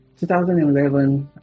2011